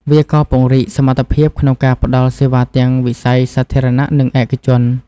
វាក៏ពង្រីកសមត្ថភាពក្នុងការផ្តល់សេវាទាំងវិស័យសាធារណៈនិងឯកជន។